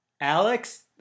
Alex